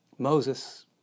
Moses